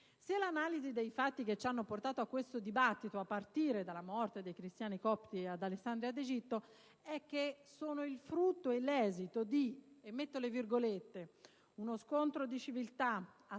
Se l'analisi dei fatti che ci hanno portato a questo dibattito, a partire dalla morte dei cristiani copti ad Alessandria d'Egitto, è che essi sono il frutto e l'esito di uno «scontro di civiltà»,